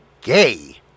gay